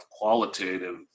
qualitative